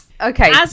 Okay